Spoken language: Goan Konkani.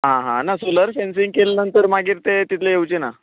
आं हां ना सोलर फॅन्सींग केले नंतर मागीर ते तितले येवचे ना